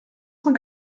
cent